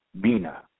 Bina